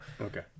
Okay